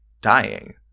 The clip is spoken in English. dying